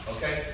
Okay